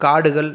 காடுகள்